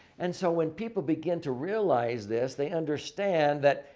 and so, when people begin to realize this, they understand that,